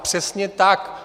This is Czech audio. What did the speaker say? Přesně tak.